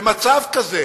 במצב כזה